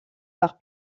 par